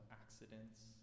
accidents